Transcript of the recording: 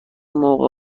موقع